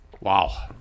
wow